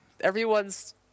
everyone's